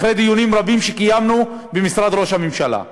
אחרי דיונים רבים שקיימנו במשרד ראש הממשלה,